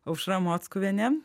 aušra mockuvienė